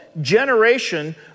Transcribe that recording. generation